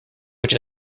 which